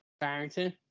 Barrington